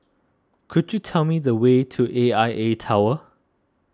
could you tell me the way to A I A Tower